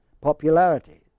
Popularity